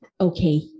okay